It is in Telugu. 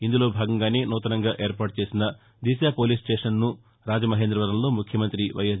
ఇందులో భాగంగానే నూతనంగా ఏర్పాటు చేసిన దిశో పోలీసు స్టేషన్నను రాజమహేంద్రవరంలో ముఖ్యమంతి వైఎస్